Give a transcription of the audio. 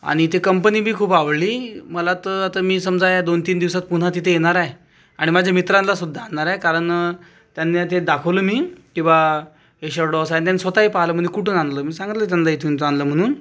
आणि ते कंपनीबी खूप आवडली मला तर आता मी समजा या दोन तीन दिवसात पुन्हा तिथे येणार आहे आणि माझ्या मित्रांना सुद्धा आणणार आहे कारण त्यांना ते दाखवलं मी की बा हे शर्ट असं आहे त्यांनी ते स्वतःही पाहिलं म्हटले कुठून आणलं मी सांगितलं त्यांना इथून इथून आणलं म्हणून